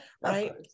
right